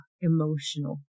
emotional